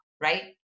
right